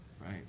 right